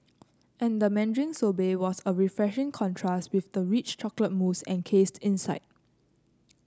and the mandarin sorbet was a refreshing contrast with the rich chocolate mousse encased inside